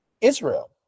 Israel